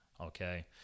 Okay